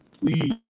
Please